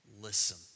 listen